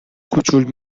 کوچول